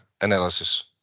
analysis